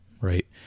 right